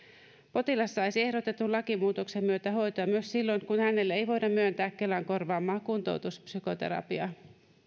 potilas saisi ehdotetun lakimuutoksen myötä hoitoa myös silloin kun hänelle ei voida myöntää kelan korvaamaa kuntoutuspsykoterapiaa